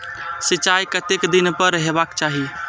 सिंचाई कतेक दिन पर हेबाक चाही?